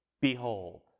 Behold